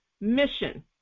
mission